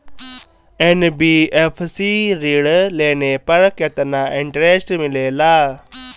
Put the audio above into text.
NBFC से ऋण लेने पर केतना इंटरेस्ट मिलेला?